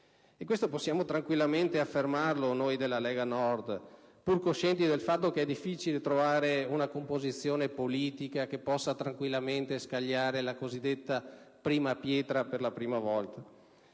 E questo possiamo tranquillamente affermarlo noi della Lega Nord, pur coscienti del fatto che è difficile trovare una composizione politica che possa tranquillamente scagliare la famosa prima pietra. Almeno fino ad